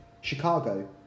Chicago